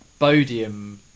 Bodium